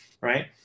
right